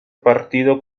partido